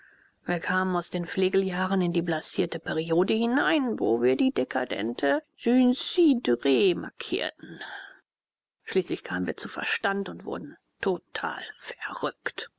wir kamen aus den flegeljahren in die blasierte periode hinein wo wir die dekadente jeunssse dore markierten schließlich kamen wir zu verstand und wurden total verrückt